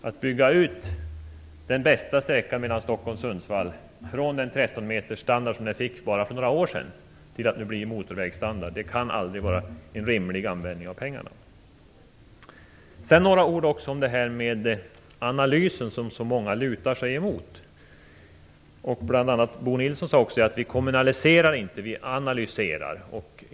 Att bygga ut den bästa sträckan mellan Stockholm och Sundsvall från den 13-metersstandard som den fick för bara några år sedan till motorvägsstandard kan aldrig vara en rimlig användning av pengarna. Sedan vill jag säga några ord om den analys som så många lutar sig emot. Bl.a. Bo Nilsson sade: Vi kommunaliserar inte, vi analyserar.